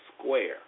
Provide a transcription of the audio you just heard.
Square